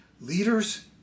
Leaders